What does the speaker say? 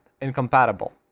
incompatible